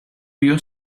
your